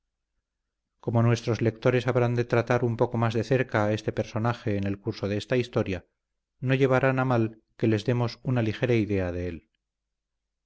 como nuestros lectores habrán de tratar un poco más de cerca a este personaje en el curso de esta historia no llevarán a mal que les demos una ligera idea de él